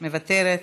מוותרת,